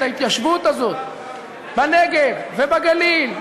את ההתיישבות הזאת בנגב ובגליל,